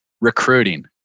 recruiting